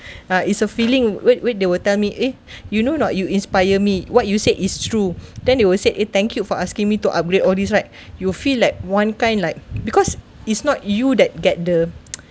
ah it's a feeling wait wait they will tell me eh you know not you inspire me what you say is true then they will say eh thank you for asking me to upgrade all these right you will feel like one kind like because it's not you that get the